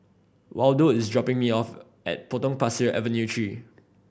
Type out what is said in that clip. Waldo is dropping me off at Potong Pasir Avenue Three